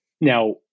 Now